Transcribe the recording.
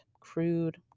crude